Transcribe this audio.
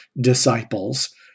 disciples